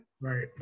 Right